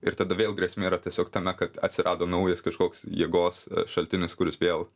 ir tada vėl grėsmė yra tiesiog tame kad atsirado naujas kažkoks jėgos šaltinis kuris vėl